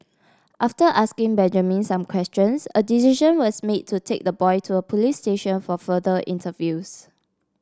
after asking Benjamin some questions a decision was made to take the boy to a police station for further interviews